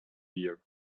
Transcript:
ear